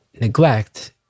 neglect